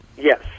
yes